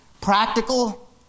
practical